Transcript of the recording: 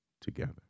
together